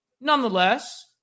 Nonetheless